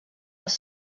les